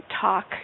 talk